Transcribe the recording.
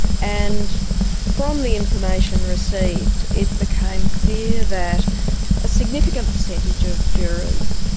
and from the information received it became clear that a significant percentage of jurors,